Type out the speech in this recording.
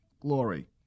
glory